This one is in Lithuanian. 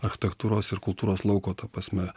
architektūros ir kultūros lauko ta prasme